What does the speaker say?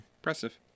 Impressive